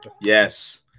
Yes